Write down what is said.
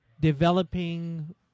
developing